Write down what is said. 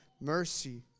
mercy